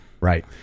Right